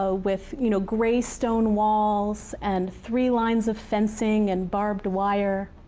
so with you know grey stone walls, and three lines of fencing, and barbed wire.